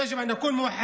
אך מה הם אמרו?